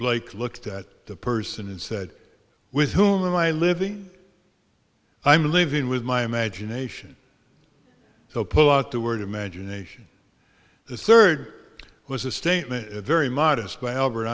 blake looked at the person and said with whom in my living i'm living with my imagination so pull out the word imagination the third was a statement very modest by albert